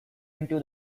into